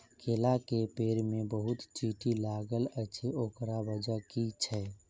केला केँ पेड़ मे बहुत चींटी लागल अछि, ओकर बजय की छै?